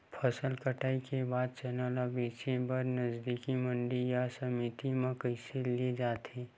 फसल कटाई के बाद चना ला बेचे बर नजदीकी मंडी या समिति मा कइसे ले जाथे?